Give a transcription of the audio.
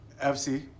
FC